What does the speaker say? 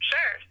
Sure